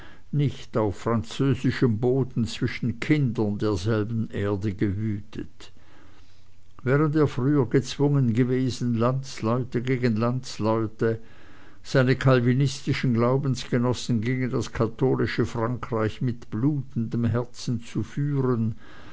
nicht auf französischem boden zwischen kindern derselben erde gewütet während er früher gezwungen gewesen landsleute gegen landsleute seine calvinistischen glaubensgenossen gegen das katholische frankreich mit blutendem herzen zu führen